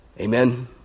Amen